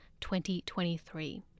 2023